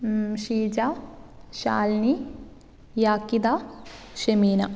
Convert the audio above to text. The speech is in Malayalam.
ഷീജ ശാലിനി യാക്കിദ ഷമീന